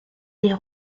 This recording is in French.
des